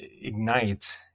ignite